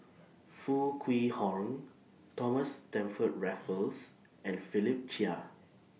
Foo Kwee Horng Thomas Stamford Raffles and Philip Chia